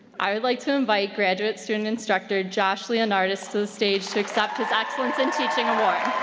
i would like to invite graduate student instructor josh leonardis to the stage to accept his excellence in teaching award.